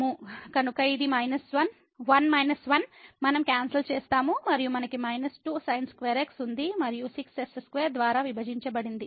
కనుక ఇది 1 మైనస్ 1 మనం క్యాన్సల్ చేస్తాము మరియు మనకు మైనస్ 2sin2x ఉంది మరియు 6 x2 ద్వారా విభజించబడింది